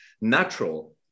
Natural